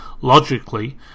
logically